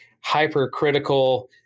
hypercritical